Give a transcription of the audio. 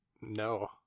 No